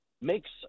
makes